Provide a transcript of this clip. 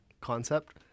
concept